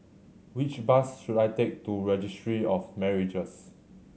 which bus should I take to Registry of Marriages